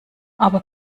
aber